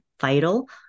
vital